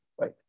right